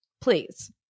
Please